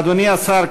אדוני השר,